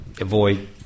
avoid